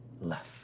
left